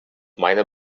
meiner